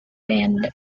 brand